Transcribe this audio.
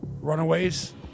runaways